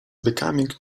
becoming